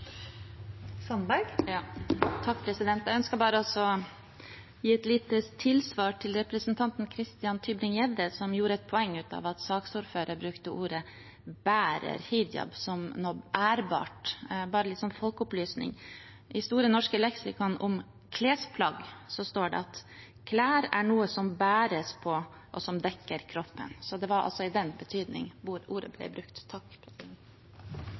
gjorde et poeng av at saksordføreren brukte ordene «bærer hijab» som noe ærbart. Bare litt folkeopplysning: I Store norske leksikon står det om klesplagg: «Klær er noe som bæres på og som dekker kroppen.» Så det var altså i den betydning ordene ble brukt.